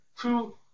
two